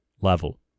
level